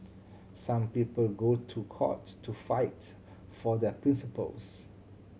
some people go to court to fight for their principles